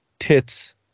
tits